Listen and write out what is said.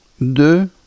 de